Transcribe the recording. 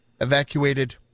Evacuated